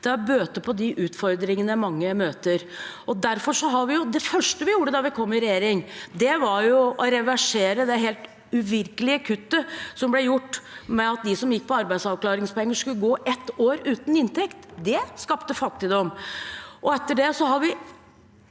til å bøte på de utfordringene mange møter. Det første vi gjorde da vi kom i regjering, var å reversere det helt uvirkelige kuttet som ble gjort, i og med at de som gikk på arbeidsavklaringspenger, skulle gå ett år uten inntekt. Dét skapte fattigdom.